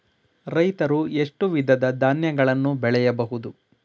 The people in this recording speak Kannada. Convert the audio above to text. ರೈತರು ಎಷ್ಟು ವಿಧದ ಧಾನ್ಯಗಳನ್ನು ಬೆಳೆಯಬಹುದು?